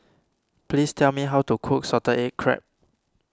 please tell me how to cook Salted Egg Crab